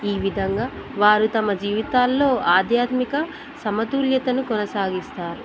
ఈ విధంగా వారు తమ జీవితాల్లో ఆధ్యాత్మిక సమతుల్యతను కొనసాగిస్తారు